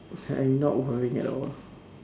I'm not worrying at all